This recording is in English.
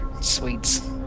sweets